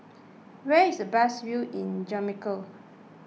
where is the best view in Jamaica